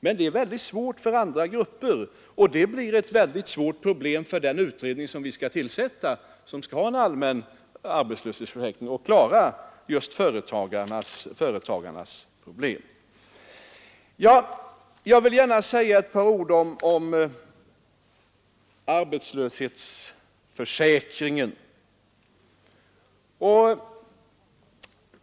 Men det är mycket svårt att göra när det gäller andra grupper, och för den utredning som vi skall tillsätta och som skall utreda en allmän arbetslöshetsförsäkring kommer det att bli mycket svårt att lösa problemen med företagarna. Jag vill gärna säga några ord om arbetslöshetsförsäk ringen.